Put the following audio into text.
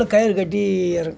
கயிறு கட்டி எறக்